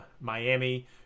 Miami